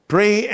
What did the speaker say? Pray